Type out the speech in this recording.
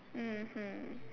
mmhmm